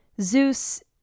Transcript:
Zeus